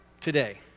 today